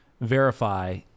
verify